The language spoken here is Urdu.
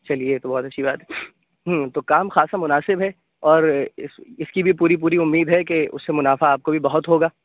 چلیے یہ تو بہت اچھی بات ہے تو کام خاصہ مناسب ہے اور اِس کی بھی پوری پوری اُمید ہے کہ اُس سے منافعہ آپ کو بھی بہت ہوگا